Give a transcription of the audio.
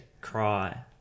cry